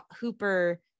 Hooper